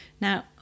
Now